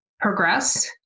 progress